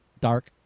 Dark